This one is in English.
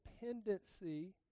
dependency